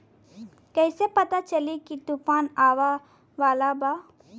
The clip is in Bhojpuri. कइसे पता चली की तूफान आवा वाला बा?